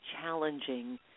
challenging